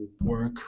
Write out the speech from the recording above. work